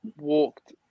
walked